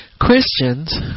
Christians